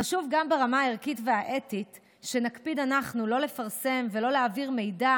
חשוב גם ברמה הערכית והאתית שנקפיד אנחנו לא לפרסם ולא להעביר מידע